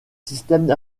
systèmes